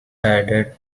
added